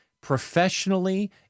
professionally